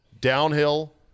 downhill